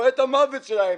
רואה את המוות שלהם,